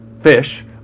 fish